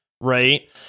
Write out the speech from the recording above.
Right